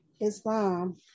Islam